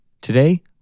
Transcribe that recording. Today